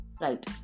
Right